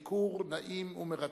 ביקור נעים ומרתק.